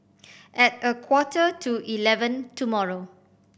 at a quarter to eleven tomorrow